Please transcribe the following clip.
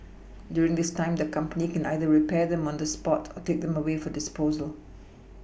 during this time the company can either repair them on the spot or take them away for disposal